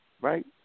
Right